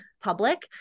public